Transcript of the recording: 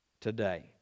today